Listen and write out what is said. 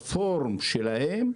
את הפורום שלהם,